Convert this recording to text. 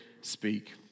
speak